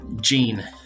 Gene